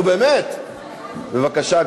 בבקשה.